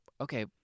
okay